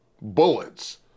bullets